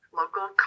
local